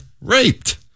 raped